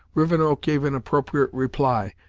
rivenoak gave an appropriate reply,